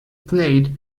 played